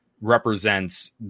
represents